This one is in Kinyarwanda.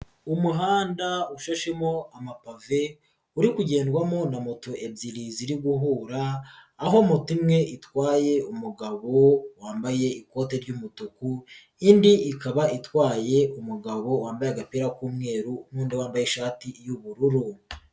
Umuhanda ushashemo amapave uri kugendwamo na moto ebyiri ziri guhura aho moto imwe itwaye umugabo wambaye ikote ry'umutuku indi ikaba itwaye umugabo wambaye agapira k'umweru n'undi wambaye ishati y'ubururu.